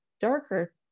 darker